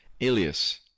alias